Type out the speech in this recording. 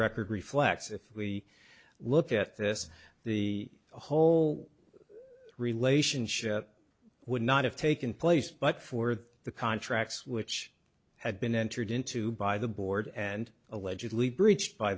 record reflects if we look at this the whole relationship would not have taken place but for the contracts which had been entered into by the board and allegedly breached by